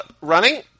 Running